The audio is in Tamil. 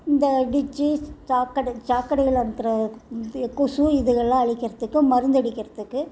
இந்த டிச்சீஸ் சாக்கடை சாக்கடையில இருக்கிற கொசு இதெல்லாம் அழிக்கிறத்துக்கு மருந்து அடிக்கிறத்துக்கு